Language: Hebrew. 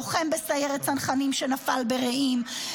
לוחם בסיירת הצנחנים שנפל ברעים,